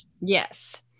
Yes